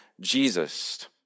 Jesus